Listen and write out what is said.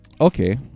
okay